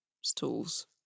Stools